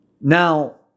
Now